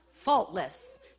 faultless